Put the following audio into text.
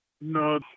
No